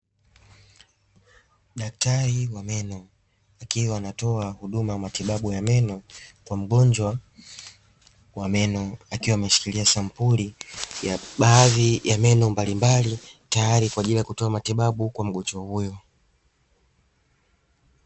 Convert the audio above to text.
Daktari wa meno, akiwa anatoa huduma ya matibabu ya meno kwa mgonjwa wa meno, akiwa ameshikilia sampuli ya baadhi ya meno mbalimbali, tayari kwa ajili ya kutoa matibabu kwa mgonjwa huyo.